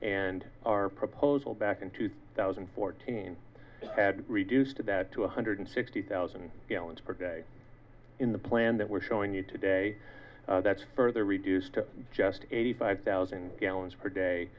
and our proposal back in two thousand and fourteen had reduced to that two hundred sixty thousand gallons per day in the plan that we're showing you today that's further reduced to just eighty five thousand gallons per day